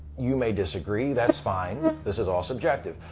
you may disagree that's fine, this is all subjective.